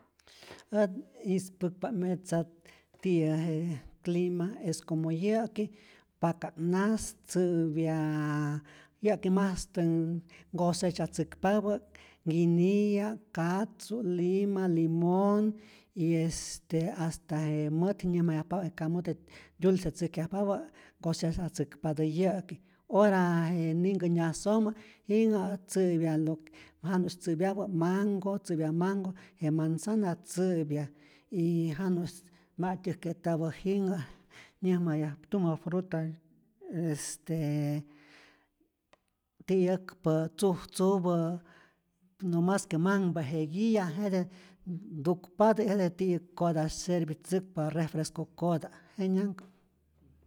Ät ispäkpa't metza tiyä je clima, es como yä'ki paka'k najs, tzä'pya yä'ki mastä ncosetzyätzäkpapä nkiniya, katzu, lima, limonh y este hasta je mät nyäjmayajpapä je camote dulce tzajkyajpapä ncosetzyatzäkpatä yä'ki, ora je jinhä ninhkä nyasojmä jinhä tzä'pya lo que janu'sy tzä'pyapä mango, tzä'pya mango, je manzana tzäpya y janusy ma'tyäjke'tapä jinhä nyäjmayaj tumä fruta este ti'yäkpa tzujtzupä, nomas que manhpa je guiya, jete ntukpatä jete ti'yäk'kota servitzäkpa refresco'kota', jenyanhkä'.